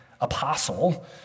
apostle